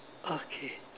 okay